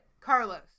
Carlos